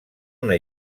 una